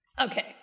Okay